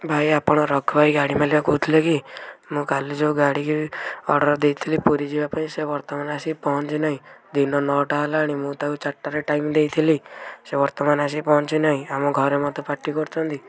ଭାଇ ଆପଣ ରଘୁ ଭାଇ ଗାଡ଼ି ମାଲିକ କହୁଥିଲେ କି ମୁଁ କାଲି ଯେଉଁ ଗାଡ଼ି ଅର୍ଡ଼ର ଦେଇଥିଲି ପୁରୀ ଯିବା ପାଇଁ ସେ ବର୍ତ୍ତମାନ ଆସିକି ପହଞ୍ଚି ନାହିଁ ଦିନ ନଅଟା ହେଲାଣି ମୁଁ ତାକୁ ଚାରିଟାରେ ଟାଇମ୍ ଦେଇଥିଲି ସେ ବର୍ତ୍ତମାନ ଆସି ପହଞ୍ଚି ନାହିଁ ଆମ ଘରେ ମୋତେ ପାଟି କରୁଛନ୍ତି